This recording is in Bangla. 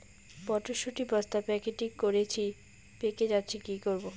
মটর শুটি বস্তা প্যাকেটিং করেছি পেকে যাচ্ছে কি করব?